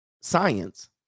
science